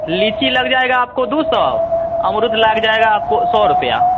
लीची लग जाएगा आपको दो सौ अमरुद लग जाएगा आपको सौ रुपया